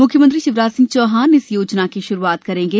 मुख्यमंत्री शिवराज सिंह चौहान आज इस योजना की शुरूआत करेंगे